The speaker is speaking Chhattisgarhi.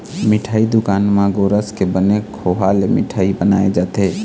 मिठई दुकान म गोरस के बने खोवा ले मिठई बनाए जाथे